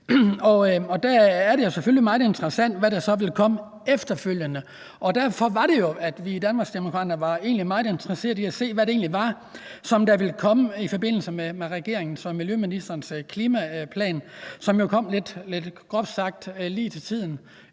er det selvfølgelig meget interessant, hvad der så vil komme efterfølgende, og derfor var det jo, at vi i Danmarksdemokraterne var meget interesserede i at se, hvad det egentlig var, der ville komme i forbindelse med regeringens og miljøministerens klimaplan, som kom, groft sagt, lige til tiden